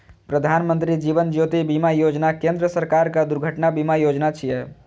प्रधानमत्री जीवन ज्योति बीमा योजना केंद्र सरकारक दुर्घटना बीमा योजना छियै